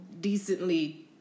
decently